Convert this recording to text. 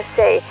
say